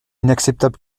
inacceptable